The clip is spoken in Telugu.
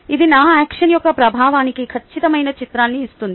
అది నా యాక్షన్ యొక్క ప్రభావానికి ఖచ్చితమైన చిత్రాన్ని ఇస్తుంది